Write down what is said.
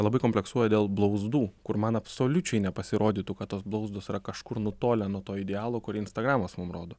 labai kompleksuoja dėl blauzdų kur man absoliučiai nepasirodytų kad tos blauzdos yra kažkur nutolę nuo to idealo kurį instagramas mum rodo